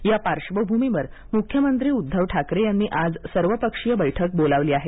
या पार्बभूमीवर मुख्यमंत्री उद्धव ठाकरे यांनी आज सर्वपक्षीय बैठक बोलावली आहे